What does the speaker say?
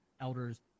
elders